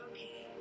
Okay